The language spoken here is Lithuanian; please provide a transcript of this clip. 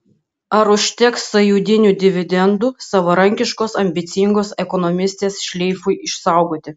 ar užteks sąjūdinių dividendų savarankiškos ambicingos ekonomistės šleifui išsaugoti